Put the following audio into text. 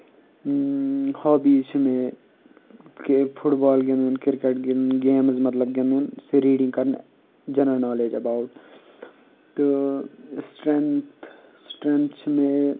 hobbies چھِ مےٚ کہِ فُٹ بال گِنٛدُن کِرکَٹ گِنٛدُن گیمٕز مطلب گِنٛدُن سُہ ریٖڈِنٛگ کَرنہٕ جَنرَل نالیج ایباوُٹ تہٕ سٕٹرٛٮ۪نٛگتھ سٕٹرٛنٛگتھ چھِ مےٚ